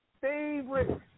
favorite